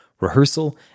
rehearsal